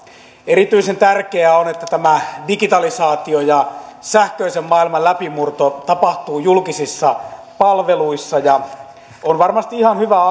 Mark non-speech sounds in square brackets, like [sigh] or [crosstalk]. erityisen tärkeää on että tämä digitalisaatio ja sähköisen maailman läpimurto tapahtuvat julkisissa palveluissa ja on varmasti ihan hyvä [unintelligible]